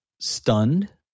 stunned